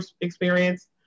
experience